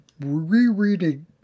rereading